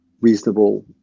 reasonable